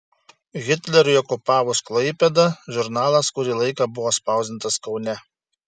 hitleriui okupavus klaipėdą žurnalas kurį laiką buvo spausdintas kaune